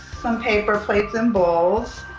some paper plates and bowls.